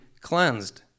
cleansed